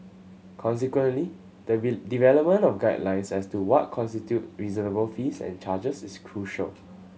consequently the development of guidelines as to what constitute reasonable fees and charges is crucial